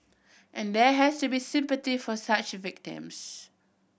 and there has to be sympathy for such victims